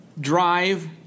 drive